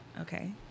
Okay